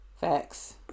Facts